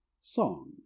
song